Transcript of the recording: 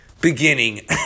beginning